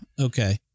Okay